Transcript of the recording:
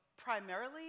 Primarily